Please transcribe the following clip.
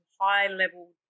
high-level